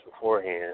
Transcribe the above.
beforehand